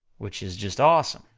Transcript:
which is just awesome,